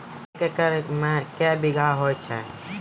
एक एकरऽ मे के बीघा हेतु छै?